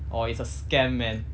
orh it's a scam man